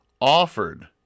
offered